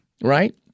right